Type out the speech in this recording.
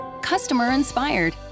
customer-inspired